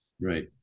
right